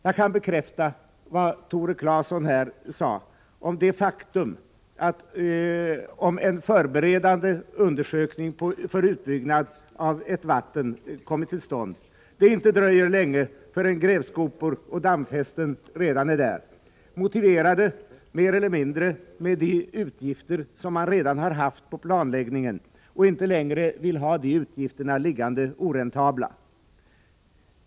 Jag kan bekräfta vad Tore Claeson sade om det faktum att om en förberedande undersökning för utbyggnad av ett vatten kommit till stånd, dröjer det inte länge förrän grävskopor och dammfästen redan är där, motiverade mer eller mindre med de utgifter som man redan haft för planläggning och inte längre vill ha oräntabla.